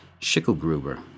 Schickelgruber